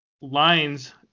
lines